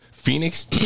Phoenix